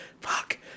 Fuck